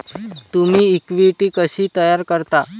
तुम्ही इक्विटी कशी तयार करता?